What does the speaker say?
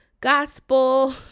gospel